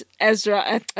Ezra